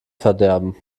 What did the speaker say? verderben